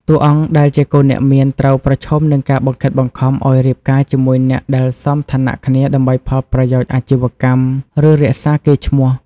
តួអង្គដែលជាកូនអ្នកមានត្រូវប្រឈមនឹងការបង្ខិតបង្ខំ ឱ្យរៀបការជាមួយអ្នកដែលសមឋានៈគ្នាដើម្បីផលប្រយោជន៍អាជីវកម្ម ឬរក្សាកេរ្តិ៍ឈ្មោះ។